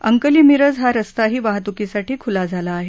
अंकली मिरज हा रस्ताही वाहतुकीसाठी खुला झाला आहे